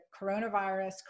coronavirus